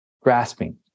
grasping